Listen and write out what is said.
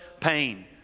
pain